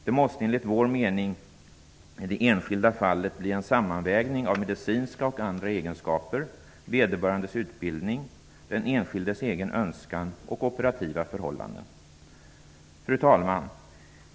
Det måste enligt vår mening i det enskilda fallet bli en sammanvägning av medicinska och andra egenskaper, vederbörandes utbildning, den enskildes egen önskan och operativa förhållanden. Fru talman!